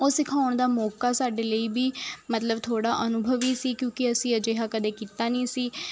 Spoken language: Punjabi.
ਉਹ ਸਿਖਾਉਣ ਦਾ ਮੌਕਾ ਸਾਡੇ ਲਈ ਵੀ ਮਤਲਬ ਥੋੜ੍ਹਾ ਅਨੁਭਵੀ ਸੀ ਕਿਉਂਕਿ ਅਸੀਂ ਅਜਿਹਾ ਕਦੇ ਕੀਤਾ ਨਹੀਂ ਸੀ